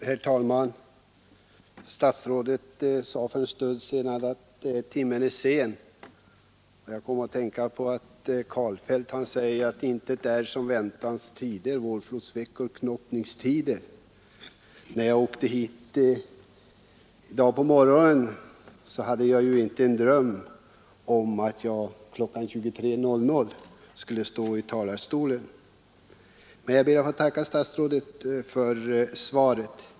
Herr talman! Statsrådet sade för en stund sedan att timmen är sen, och jag kom då att tänka på Karlfeldts ord: ”Intet är som väntanstider, vårflodsveckor, knoppningstider.” När jag åkte hit i dag på morgonen Nr 151 drömde jag inte om att jag skulle stå i talarstolen kl. 23.00. Måndagen den Jag ber emellertid att få tacka statsrådet för svaret.